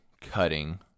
cutting